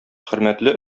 хөрмәтле